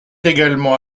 également